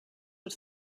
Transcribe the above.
was